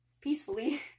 peacefully